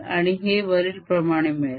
आणि हे वरीलप्रमाणे मिळेल